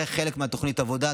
זה חלק מתוכנית העבודה.